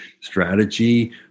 strategy